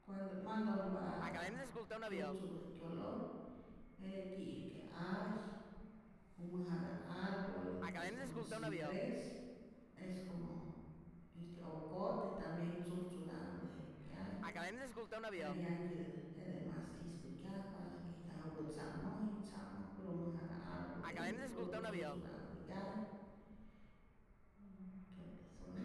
Cuando't mantonhpa tzujtzupa' kyolor, jete ti'yäk je ay, u mäjata' arbol, es como cipres, es como jikä okote tambien tzujtzuta'mpä je 'yay, creo 'yantyitä jete mas ispäjkyajpa ijtyajupä tza'moji, tza'moj puro mäjata' arbol ijtu, puro tzujtzuta'mpä 'yay, y creo que solo,